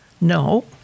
No